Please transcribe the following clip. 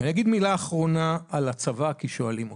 אני אגיד מילה אחרונה על הצבא, כי שואלים אותי.